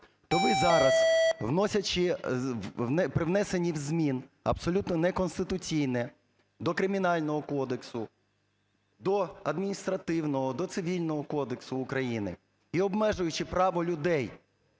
то ви зараз при внесенні змін, абсолютно неконституційно, до Кримінально кодексу, до Адміністративного, до Цивільного кодексу України і обмежуючи право людей,